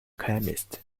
chemist